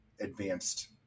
advanced